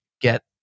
Get